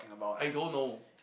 I don't know